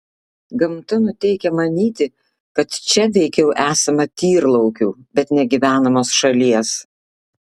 gamta nuteikia manyti kad čia veikiau esama tyrlaukių bet ne gyvenamos šalies